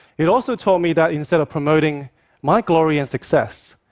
it also taught me that, instead of promoting my glory and success,